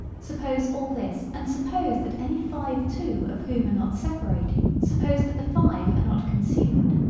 suppose all this and suppose that any five two of whom are not separating suppose that the five are not consumed.